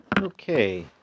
Okay